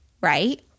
right